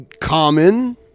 common